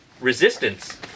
resistance